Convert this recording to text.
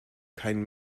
kein